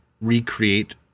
recreate